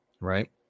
right